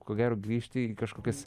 ko gero grįžti į kažkokias